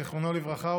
זיכרונו לברכה,